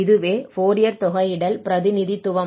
இதுவே ஃபோரியர் தொகையிடல் பிரதிநிதித்துவம்